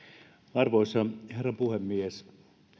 arvoisa herra puhemies